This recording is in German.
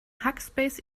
hackspace